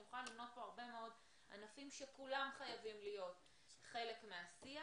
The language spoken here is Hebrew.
אני יכולה למנות פה הרבה מאוד ענפים שכולם חייבים להיות חלק מהשיח,